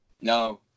No